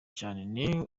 cyane